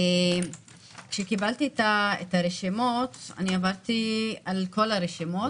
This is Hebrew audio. עברתי על כל הרשימות,